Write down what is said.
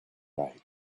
right